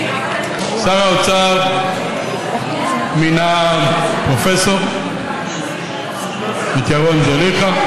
שר האוצר מינה פרופסור, את ירון זליכה.